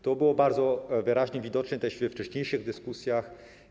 To było bardzo wyraźnie widoczne też we wcześniejszych dyskusjach.